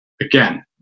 again